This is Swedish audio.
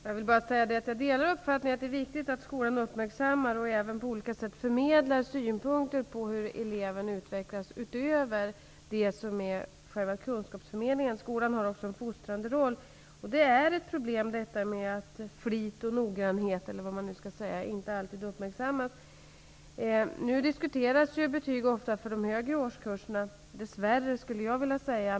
Herr talman! Jag delar uppfattningen att det är viktigt att skolan uppmärksammar och på olika sätt förmedlar synpunkter på hur eleven utvecklas utöver det som gäller själva kunskapsförmedlingen. Skolan har också en fostrande roll. Det är ett problem att flit och noggrannhet inte alltid uppmärksammas. Numera diskuteras ju betygen ofta när det gäller de högre årskurserna -- dess värre skulle jag vilja säga.